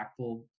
impactful